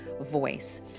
voice